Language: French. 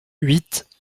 huit